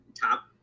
top